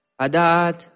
Adat